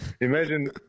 Imagine